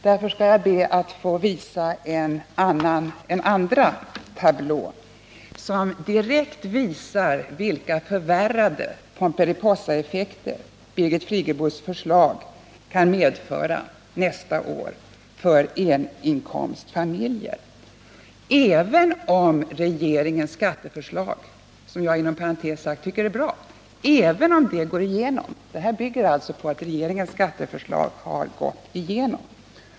Därför skall jag be att på TV-skärmen få visa en annan tablå, som direkt skildrar vilka förvärrade pomperipossaeffekter Birgit Friggebos förslag kan medföra nästa år för eninkomstfamiljer, även om regeringens skatteförslag — som jag inom parantes sagt tycker är bra — går igenom. Den här tablån bygger alltså på att regeringens skatteförslag går igenom.